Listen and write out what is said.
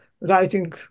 writing